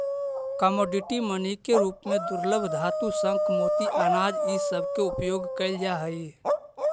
commodity money के रूप में दुर्लभ धातु शंख मोती अनाज इ सब के उपयोग कईल जा हई